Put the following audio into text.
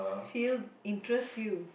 field interest you